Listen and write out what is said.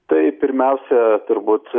tai pirmiausia turbūt